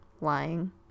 lying